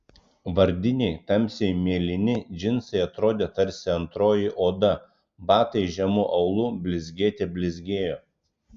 vardiniai tamsiai mėlyni džinsai atrodė tarsi antroji oda batai žemu aulu blizgėte blizgėjo